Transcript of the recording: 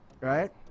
right